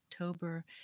October